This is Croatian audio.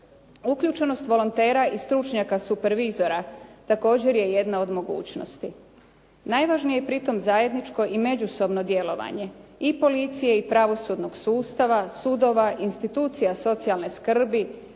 Uključenost volontera i stručnjaka supervizora također je jedna od mogućnosti. Najvažnije je pritom zajedničko i međusobno djelovanje i policije i pravosudnog sustava, sudova, institucija socijalne skrbi,